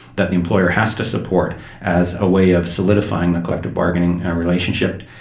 that the employer has to support as a way of solidifying the collective bargaining relationship.